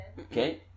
Okay